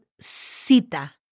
cita